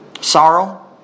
Sorrow